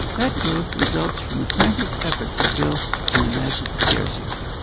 that growth results from the frantic effort to fill an imagined scarcity.